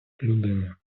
людини